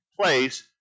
place